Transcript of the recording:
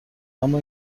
اما